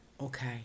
Okay